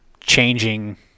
changing